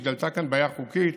התגלתה כאן בעיה חוקית,